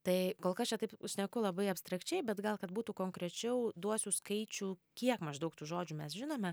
tai kol kas čia taip šneku labai abstrakčiai bet gal kad būtų konkrečiau duosiu skaičių kiek maždaug tų žodžių mes žinome